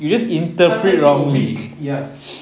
sometimes you are weak ya